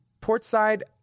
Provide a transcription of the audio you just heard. portside